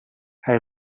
hij